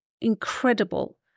incredible